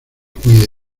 cuide